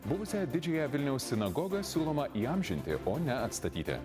buvusiąją didžiąją vilniaus sinagogą siūloma įamžinti o ne atstatyti